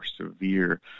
severe